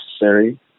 necessary